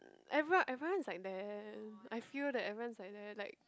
everyone everyone is like there I feel that everyone's at there like